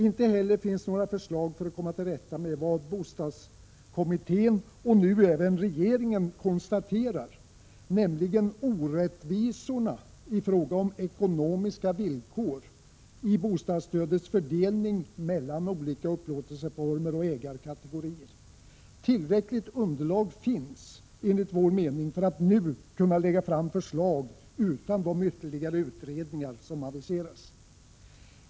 Inte heller finns några förslag för att komma till rätta med det förhållande som bostadskommittén och nu även regeringen konstaterar, nämligen orättvisorna i fråga om ekonomiska villkor i bostadsstödets fördelning mellan olika upplåtelseformer och ägarkategorier. Det underlag som finns är, utan de ytterligare utredningar som aviserats, enligt vår mening tillräckligt för att man nu skulle kunna lägga fram förslag.